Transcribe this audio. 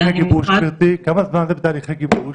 גברתי, כמה זמן זה בתהליכי גיבוש?